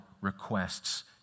requests